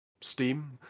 steam